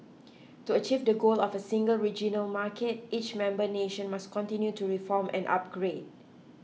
to achieve the goal of a single regional market each member nation must continue to reform and upgrade